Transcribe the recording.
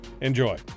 Enjoy